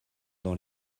dans